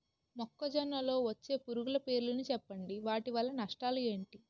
మొక్కజొన్న లో వచ్చే పురుగుల పేర్లను చెప్పండి? వాటి వల్ల నష్టాలు ఎంటి?